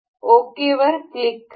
Ok वर click करा